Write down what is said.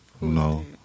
No